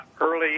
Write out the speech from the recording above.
early